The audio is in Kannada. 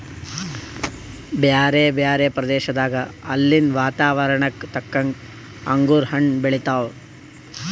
ಬ್ಯಾರೆ ಬ್ಯಾರೆ ಪ್ರದೇಶದಾಗ ಅಲ್ಲಿನ್ ವಾತಾವರಣಕ್ಕ ತಕ್ಕಂಗ್ ಅಂಗುರ್ ಹಣ್ಣ್ ಬೆಳೀತಾರ್